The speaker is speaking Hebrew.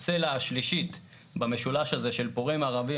הצלע השלישית במשולש הזה של פורעים ערבים